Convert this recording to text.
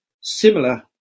similar